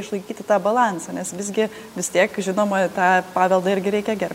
išlaikyti tą balansą nes visgi vis tiek žinoma tą paveldą irgi reikia gerbt